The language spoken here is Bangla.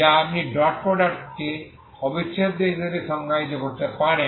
যা আপনি ডট প্রোডাক্টকে অবিচ্ছেদ্য হিসাবে সংজ্ঞায়িত করতে পারেন